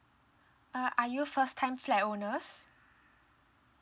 uh are you a first time flat owners